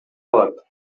калат